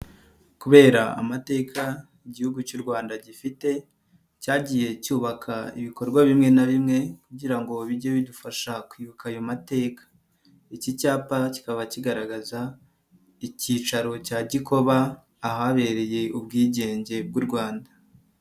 Kubera amateka igihugu cy'u Rwanda gifite, cyagiye cyubaka ibikorwa bimwe na bimwe kugira ngo bijye bidufasha kwibuka ayo mateka, iki cyapa kikaba kigaragaza icyicaro cya Gikoba ahabereye ubwigenge bw'u Rwanda.